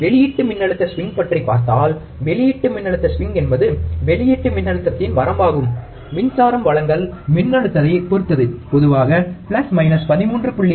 வெளியீட்டு மின்னழுத்த ஸ்விங் பற்றிப் பார்த்தால் வெளியீட்டு மின்னழுத்த ஸ்விங் என்பது வெளியீட்டு மின்னழுத்தத்தின் வரம்பாகும் மின்சாரம் வழங்கல் மின்னழுத்தத்தைப் பொறுத்தது பொதுவாக பிளஸ் மைனஸ் 13